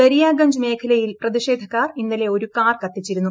ദരിയാഗഞ്ച് മേഖലയിൽ പ്രതിഷേധക്കാർ ഇന്നലെ ഒരു കാർ കത്തിച്ചിരുന്നു